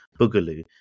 Boogaloo